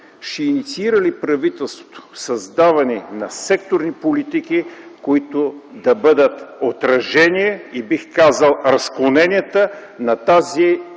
ще инициира ли правителството създаването на секторни политики, които да бъдат отражение, бих казал разклоненията на тази Стратегия